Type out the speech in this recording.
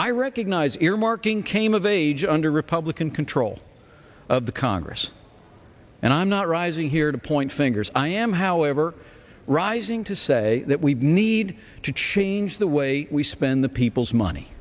i recognize earmarking came of age under republican control of the congress and i'm not rising here to point fingers i am however rising to say that we need to change the way we spend the people's money